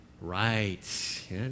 Right